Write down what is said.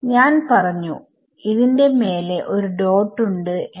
ഞാൻ പറഞ്ഞു ഇതിന്റെ മേലെ ഒരു ഡോട്ട് ഉണ്ട് എന്ന്